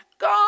God